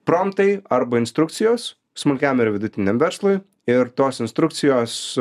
promptai arba instrukcijos smulkiam ir vidutiniam verslui ir tos instrukcijos